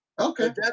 Okay